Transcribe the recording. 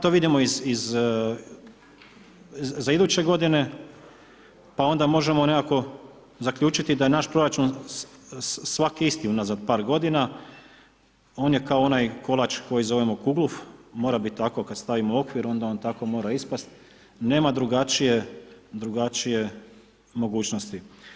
To vidimo za iduće godine pa onda možemo nekako zaključiti da je naš proračun svaki isti unazad par godina, on je kao onaj kolač koji zovemo kuglof, mora biti tako, kada stavimo okvir onda on tako mora ispasti, nema drugačije mogućnosti.